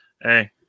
Hey